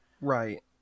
Right